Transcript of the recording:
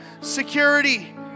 security